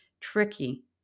tricky